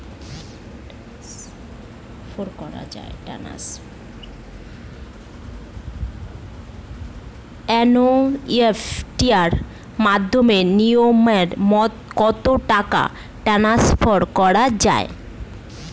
NEFT র মাধ্যমে minimum কত টাকা টান্সফার করা যায়?